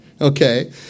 Okay